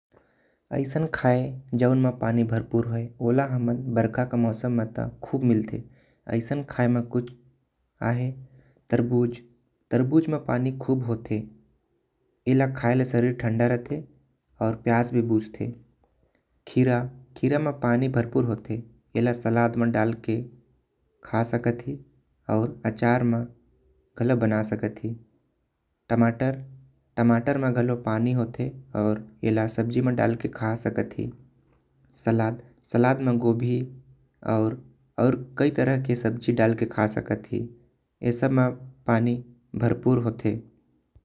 ऐसन खाए जो म पानी भरपूर होए ओला हमन बरखा के मौसम म खूब मिलते। ऐसन खाए म कुछ आहे तरबूज तरबूज म पानी खूब होते ऐला खाए ले शरीर ठंडा रहते। आऊ प्यास भी बुझते खीरा खीरा म पानी भरपूर होते। ऐला सलाद म डाल के खा सकत हे आऊ आचार म कला बना सकत। ही टमाटर टमाटर म गालों पानी होते आऊ एला सब्जी मा डाल के खा सकत। ही सलाद सलाद म गोभी ओर ओर कई तरह के सब्जी डाल के खा सकत। ही ए सब म पानी भरपूर होते।